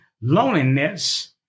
loneliness